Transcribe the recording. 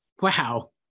Wow